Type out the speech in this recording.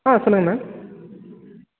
ஆ சொல்லுங்கள் மேம்